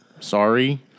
Sorry